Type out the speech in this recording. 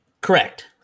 correct